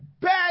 Bad